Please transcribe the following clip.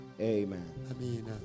Amen